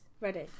Ready